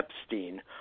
Epstein